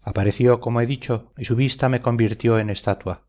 apareció como he dicho y su vista me convirtió en estatua